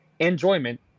Enjoyment